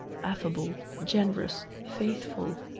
affable, generous, faithful,